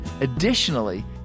Additionally